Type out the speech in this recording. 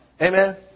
Amen